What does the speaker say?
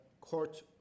court